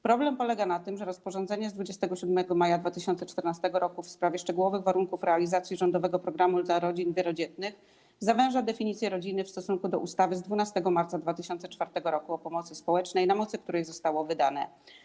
Problem polega na tym, że rozporządzenie z 27 maja 2014 r. w sprawie szczegółowych warunków realizacji rządowego programu dla rodzin wielodzietnych zawęża definicję rodziny w stosunku do ustawy z 12 marca 2004 r. o pomocy społecznej, na mocy której zostało wydane.